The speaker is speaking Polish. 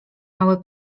mały